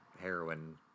heroin